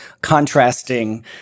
contrasting